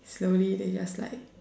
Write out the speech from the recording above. slowly they just like